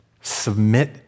Submit